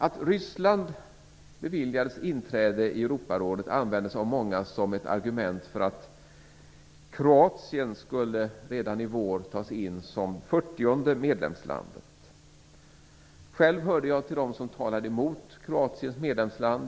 Att Ryssland beviljades inträde i Europarådet användes av många som ett argument för att Kroatien redan i vår skulle tas in som det fyrtionde medlemslandet. Själv hörde jag till dem som talade emot det.